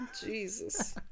Jesus